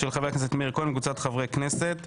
של חבר הכנסת מאיר כהן וקבוצת חברי הכנסת.